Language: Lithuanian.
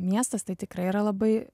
miestas tai tikrai yra labai